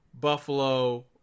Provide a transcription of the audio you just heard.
Buffalo